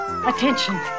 Attention